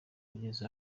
ugeze